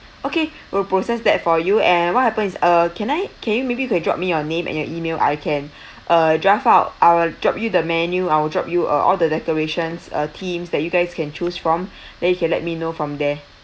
okay we'll process that for you and what happens is uh can I can you maybe you can drop me your name and your email I can uh draft out I will drop you the menu I will drop you uh all the decorations uh themes that you guys can choose from then you can let me know from there